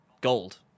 gold